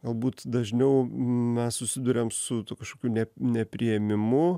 galbūt dažniau mes susiduriam su kažkokiu ne nepriėmimu